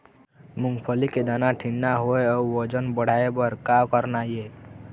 मूंगफली के दाना ठीन्ना होय अउ वजन बढ़ाय बर का करना ये?